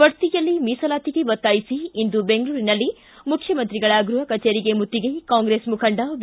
ಬಡ್ತಿಯಲ್ಲಿ ಮೀಸಲಾತಿಗೆ ಒತ್ತಾಯಿಸಿ ಇಂದು ಬೆಂಗಳೂರಿನಲ್ಲಿ ಮಖ್ಖಮಂತ್ರಿಗಳ ಗೃಹ ಕಚೇರಿಗೆ ಮುತ್ತಿಗೆ ಕಾಂಗ್ರೆಸ್ ಮುಖಂಡ ವಿ